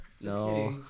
No